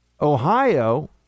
Ohio